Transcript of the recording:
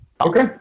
Okay